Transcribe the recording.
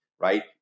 right